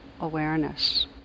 awareness